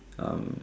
um